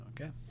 Okay